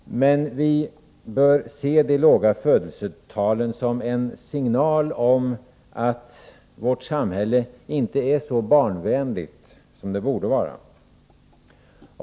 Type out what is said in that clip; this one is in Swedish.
Men vi bör se de låga födelsetalen som en signal om att vårt samhälle inte är så barnvänligt som det borde vara.